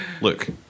Look